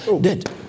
Dead